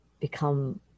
become